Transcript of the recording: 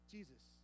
Jesus